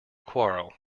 quarrel